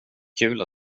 kul